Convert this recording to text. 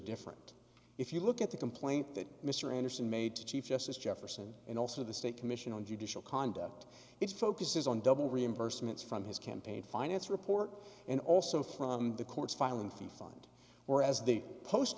different if you look at the complaint that mr anderson made to chief justice jefferson and also the state commission on judicial conduct it focuses on double reimbursements from his campaign finance report and also from the court's filing fee find or as the post